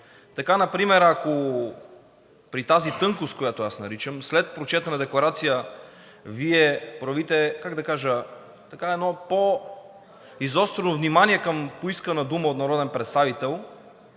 Така например, ако при тази тънкост, която аз наричам, след прочетена декларация Вие проявите, как да кажа, едно по-изострено внимание към поискана дума от народен представител